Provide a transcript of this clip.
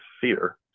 fear